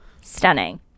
stunning